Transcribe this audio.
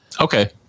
Okay